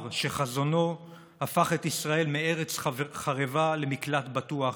שחזונו הפך את ישראל מארץ חרבה למקלט בטוח,